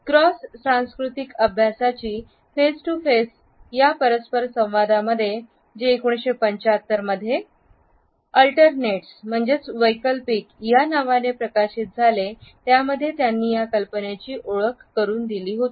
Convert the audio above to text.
cross सांस्कृतिक अभ्यासाची face to face परस्परसंवादामध्ये जे 1975 मध्ये वैकल्पिक अल्टरनेट्स या नावानेप्रकाशित झाले त्यामध्ये त्यांनी या कल्पनेची ओळख करून दिली होती